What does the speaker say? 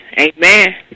Amen